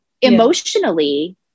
emotionally